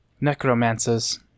necromancers